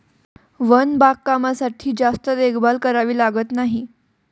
one बागकामासाठी जास्त देखभाल करावी लागत नाही